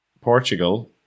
Portugal